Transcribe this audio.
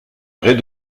rez